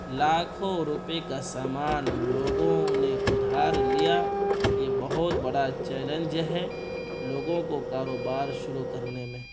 لاکھوں روپیے کا سامان لوگوں نے ادھار لیا یہ بہت بڑا چیلنج ہے لوگوں کو کاروبار شروع کرنے میں